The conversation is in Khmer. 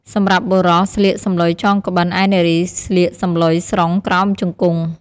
សម្រាប់បុរសស្លៀកសំឡុយចងក្បិន ឯនារីស្លៀកសំឡុយស្រុងក្រោមជង្គង់ ។